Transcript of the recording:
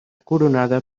coronada